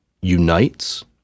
unites